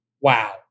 Wow